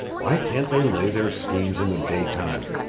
why can't they lay their schemes in the daytime?